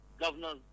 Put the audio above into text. governors